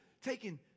taking